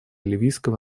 ливийского